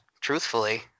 truthfully